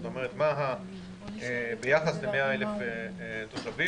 זאת אומרת שביחס ל-100,000 תושבים.